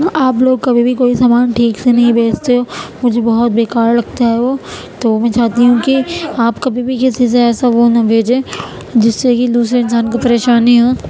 آپ لوگ کبھی بھی کوئی سامان ٹھیک سے نہیں بھیجتے ہو مجھے بےکار لگتا ہے وہ تو میں چاہتی ہوں کہ آپ کبھی بھی کسی سے ایسا وہ نہ بھیجیں جس سے کہ دوسرے انسان کو پریشانی ہو